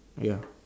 ya